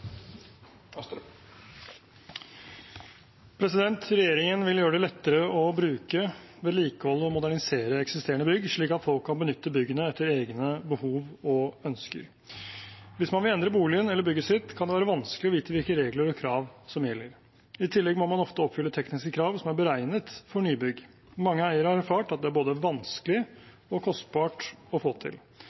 lettere å bruke, vedlikeholde og modernisere eksisterende bygg slik at folk kan benytte byggene etter egne behov og ønsker. Hvis man vil endre boligen eller bygget sitt, kan det være vanskelig å vite hvilke regler og krav som gjelder. I tillegg må man ofte oppfylle tekniske krav som er beregnet for nybygg, og mange eiere har erfart at det er både vanskelig og kostbart å få til.